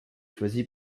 choisi